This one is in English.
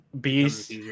Beast